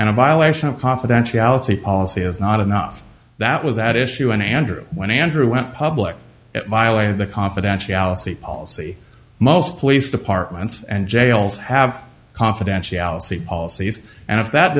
of confidentiality policy is not enough that was at issue and andrew when andrew went public at violated the confidentiality policy most police departments and jails have confidentiality policies and if that